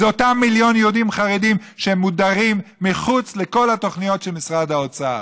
זה אותם מיליון יהודים חרדים שמודרים מחוץ לכל התוכניות של משרד האוצר.